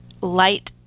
light